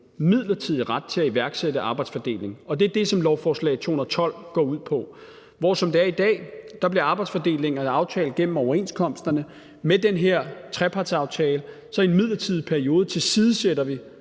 midlertidig ret til at iværksætte arbejdsfordeling, og det er det, som lovforslag 212 går ud på. Som det er i dag, bliver arbejdsfordelingerne aftalt gennem overenskomsterne. Med den her trepartsaftale så tilsidesætter vi